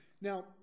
Now